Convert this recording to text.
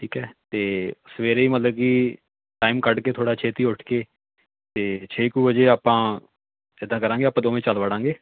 ਠੀਕ ਹੈ ਅਤੇ ਸਵੇਰੇ ਮਤਲਬ ਕਿ ਟਾਈਮ ਕੱਢ ਕੇ ਥੋੜ੍ਹਾ ਛੇਤੀ ਉੱਠ ਕੇ ਅਤੇ ਛੇ ਕੁ ਵਜੇ ਆਪਾਂ ਇੱਦਾਂ ਕਰਾਂਗੇ ਆਪਾਂ ਦੋਵੇਂ ਚੱਲ ਵੜਾਂਗੇ